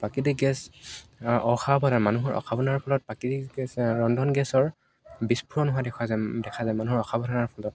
প্ৰাকৃতিক গেছ অসাৱধান মানুহৰ অসাৱধানতাৰ ফলত প্ৰাকৃতিক গেছ ৰন্ধন গেছৰ বিসফুৰ নোহোৱা দেখা যায় দেখা যায় মানুহৰ অসাৱধানতাৰ ফলত